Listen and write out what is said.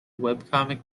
webcomic